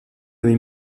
nommé